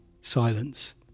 silence